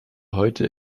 heute